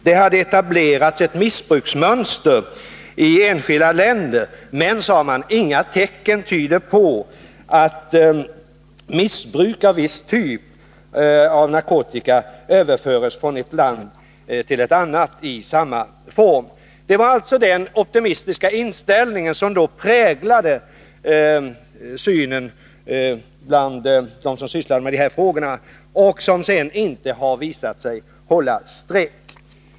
Det hade etablerats ett missbruksmönster i de enskilda länderna, men, sade man, inga tecken tydde på att missbruk av en viss typ av narkotika överfördes från ett land till ett annat i samma form. Det var alltså den här optimistiska inställningen som då präglade synen bland dem som sysslade med dessa frågor, en syn som sedan inte visat sig hålla streck.